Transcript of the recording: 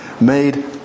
made